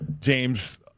James